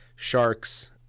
Sharks